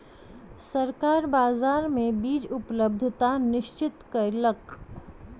सरकार बाजार मे बीज उपलब्धता निश्चित कयलक